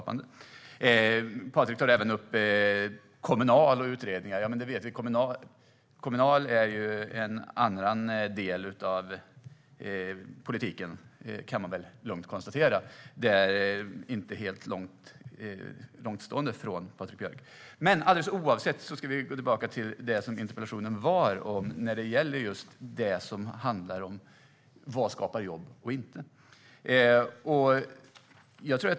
Patrik tar även upp Kommunal och utredningar. Kommunal är en annan del av politiken, kan man väl lugnt konstatera, som inte står helt långt från Patrik Björck. Men vi ska gå tillbaka till det som interpellationen handlar om: vad som skapar jobb och inte.